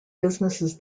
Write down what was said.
businesses